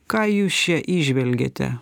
ką jūs čia įžvelgiate